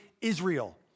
Israel